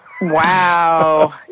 wow